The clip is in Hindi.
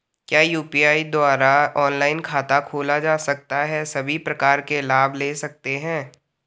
क्या यु.पी.आई द्वारा ऑनलाइन खाता खोला जा सकता है सभी प्रकार के लाभ ले सकते हैं?